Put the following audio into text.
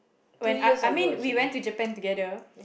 when I I mean we went to Japan together